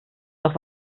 doch